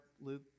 Luke